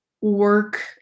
work